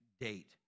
date